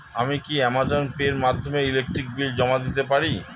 আমি কি Amazon Pay এর মাধ্যমে ইলেকট্রিক বিল জমা দিতে পারি?